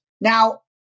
Now